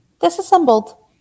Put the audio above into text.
disassembled